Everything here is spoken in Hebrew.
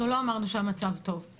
אנחנו לא אמרנו שהמצב טוב.